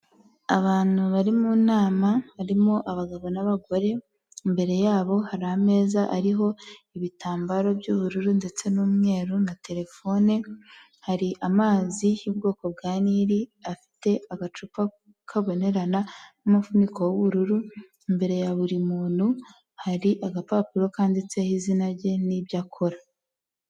Abantu bari mu nama harimo abagabo n'abagore, imbere yabo hari ameza ariho ibitambaro by'ubururu ndetse n'umweru na terefone, hari amazi y'ubwoko bwa nili afite agacupa kabonerana n'umuvuniko w'ubururu, imbere ya buri muntu hari agapapuro kanditseho izina rye n'ibyo akora.